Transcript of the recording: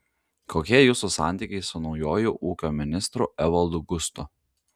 kokie jūsų santykiai su naujuoju ūkio ministru evaldu gustu